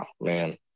man